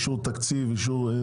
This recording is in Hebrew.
אישור תקציב.